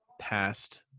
past